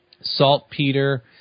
saltpeter